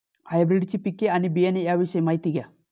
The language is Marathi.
हायब्रिडची पिके आणि बियाणे याविषयी माहिती द्या